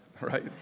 right